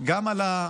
גם עלה,